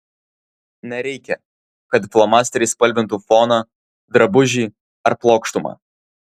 nereikia kad flomasteriais spalvintų foną drabužį ar plokštumą